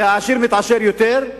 והעשיר מתעשר יותר,